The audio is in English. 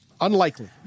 Unlikely